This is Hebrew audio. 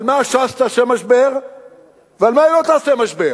על מה ש"ס תעשה משבר ועל מה היא לא תעשה משבר,